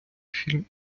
фільм